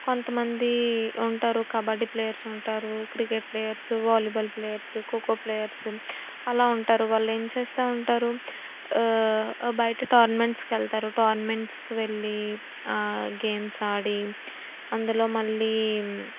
కొంతమంది ఉంటారు కబడ్డీ ప్లేయర్సు ఉంటారు cricket players volleyball players kho kho players అలా ఉంటారు వాళ్ళు ఏమి చేస్తూ ఉంటారు బయట టోర్నమెంట్స్కి వెళ్తారు టోర్నమెంట్స్కి వెళ్ళి గేమ్స్ ఆడి అందులో మళ్ళీ